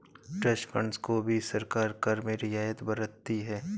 trust funds को भी सरकार कर में रियायत बरतती है